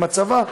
עם הצבא,